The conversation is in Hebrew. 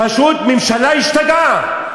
פשוט, הממשלה השתגעה.